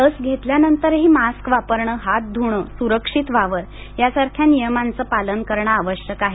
लस घेतल्यानंतरही मास्क वापरणे हात धुणे सुरक्षित वावर यांसारख्या नियमांचे पालन करणे आवश्यक आहे